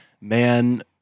man